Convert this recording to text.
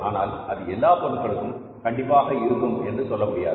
ஆனால் அது எல்லா பொருளுக்கும் கண்டிப்பாக இருக்கும் என்று சொல்ல முடியாது